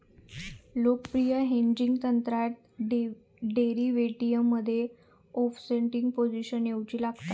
लोकप्रिय हेजिंग तंत्रात डेरीवेटीवमध्ये ओफसेटिंग पोझिशन घेउची लागता